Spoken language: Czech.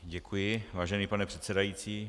Děkuji, vážený pane předsedající.